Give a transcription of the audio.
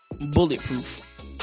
bulletproof